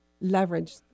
leverage